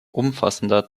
umfassender